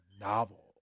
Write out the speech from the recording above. novel